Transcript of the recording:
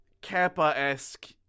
Kappa-esque